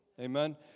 Amen